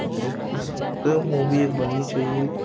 जिक इस पर मूवी एक बननी चाहिए